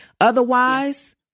Otherwise